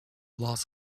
loss